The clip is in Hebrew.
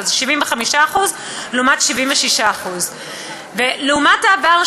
זה 75% לעומת 76%. לעומת העבר,